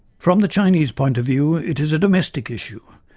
from the chinese point of view, it is a domestic issue,